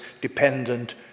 dependent